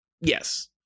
Yes